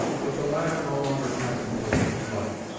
but the latter no longer contemplated flight,